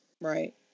Right